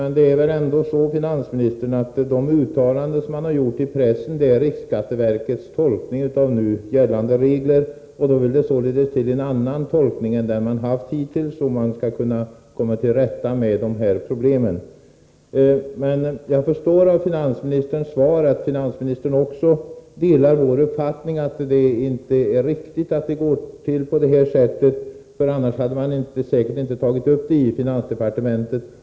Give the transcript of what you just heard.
Herr talman! Men, finansministern, de uttalanden som gjorts i pressen är ändå riksskatteverkets tolkning av nu gällande regler, och då vill det således till en annan tolkning än den man har gjort hittills, om man skall komma till rätta med dessa problem. Jag förstår av finansministerns svar att finansministern delar vår uppfattning att det inte är riktigt att det går till på detta sätt, annars hade man säkert inte tagit upp frågan i finansdepartementet.